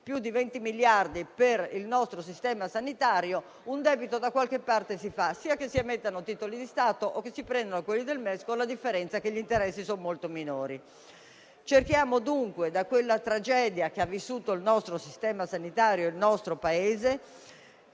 più di 20 miliardi) per il nostro sistema sanitario, un debito da qualche parte si fa, sia che si emettono titoli di Stato, sia che si prendono i soldi del MES (con la differenza che gli interessi sui fondi del MES sono molto minori). Cerchiamo dunque di imparare la lezione dalla tragedia che ha vissuto il nostro sistema sanitario e il nostro Paese.